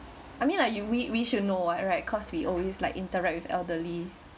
I mean like you me we should know I right cause we always like interact with elderly